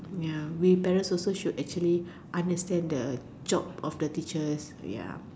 ya we parents should also actually understand the job of the teachers ya